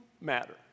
matter